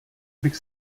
bych